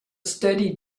steady